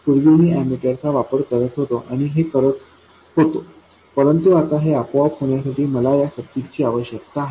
पूर्वी मी एममीटर चा वापर करत होतो आणि हे करत होतो परंतु आता हे आपोआप होण्यासाठी मला या सर्किटची आवश्यकता आहे